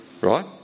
Right